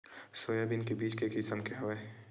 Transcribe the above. Soybean के बीज के किसम के हवय?